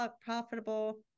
profitable